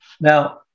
now